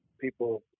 people